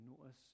notice